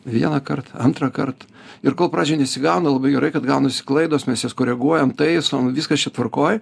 vienąkart antrąkart ir kol pradžioj nesigauna labai gerai kad gaunasi klaidos mes jas koreguojam taisom viskas čia tvarkoj